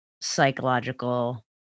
psychological